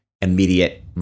immediate